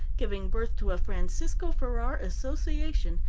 giving birth to a francisco ferrer association,